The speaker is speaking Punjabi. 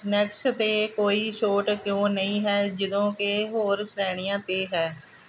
ਸਨੈਕਸ ਤੇ ਕੋਈ ਛੋਟ ਕਿਉਂ ਨਹੀਂ ਹੈ ਜਦੋਂ ਕਿ ਹੋਰ ਸ਼੍ਰੇਣੀਆਂ ਤੇ ਹੈ